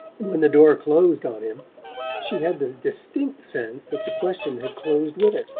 and when the door closed on him she had the distinct sense that the question had closed with it,